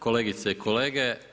Kolegice i kolege.